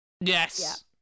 Yes